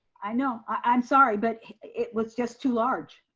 i know i'm sorry, but it was just too large.